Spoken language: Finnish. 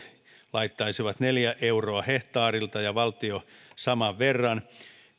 laittaisivat esimerkiksi neljä euroa hehtaarilta ja valtio saman verran